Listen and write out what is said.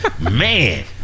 man